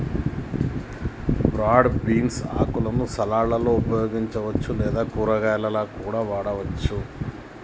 broad beans ఆకులను సలాడ్లలో ఉపయోగించవచ్చు లేదా కూరగాయాలా కూడా వండవచ్చు